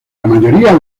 mayoría